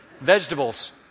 Vegetables